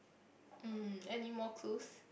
mm anymore clues